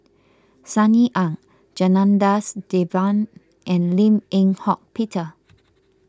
Sunny Ang Janadas Devan and Lim Eng Hock Peter